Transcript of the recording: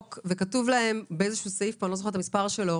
וכתוב להם באיזשהו סעיף לא זוכרת את המספר שלו